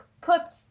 puts